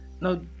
now